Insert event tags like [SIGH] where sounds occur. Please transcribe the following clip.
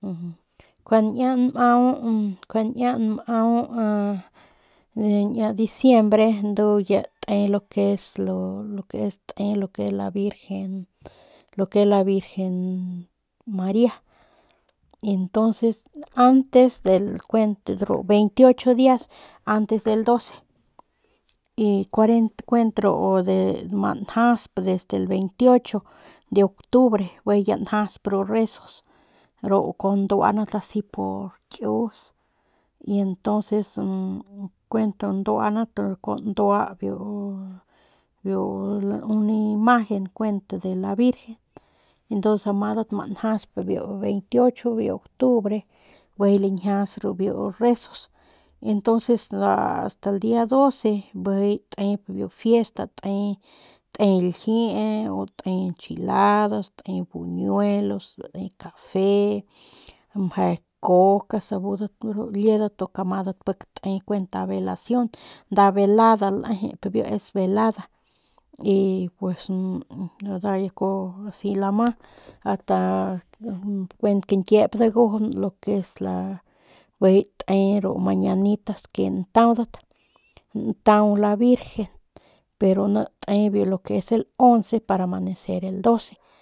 [HESITATION] njun niña nmau njuane niña nmau a diciembre ndu ya te lo que es te lo que la virgen lo que es la virgen maria y entonces antes kuent el 28 dias antes del doce y kuaren kuent ru ma njasp desde el 28 de octubre bijiy ya njasp ru resos ru kuaju nduanat asi por kius y entonces [HESITATION] kuent nduanat kuajau ndua biu unn imajen kuen de la virgen entonces ma njasp biu 28 de octubre bijiy lañjias ru resos y entonces asta el dia doce bijiy tep ru fiesta te ljiee luego te enchiladas, te buñuelos, te cafe, mje cocas, budat aru liedat nduk amada pik te kuent nda velacion nda velada lejep biu es velada y pues nda ya kuajau asi lama asta kuent kañkiep dagujun bijiy te ru mañanitas que ntaudat ntau la virgen pero ni te lo que es el 11 para amanecer el 12.